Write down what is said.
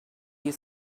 you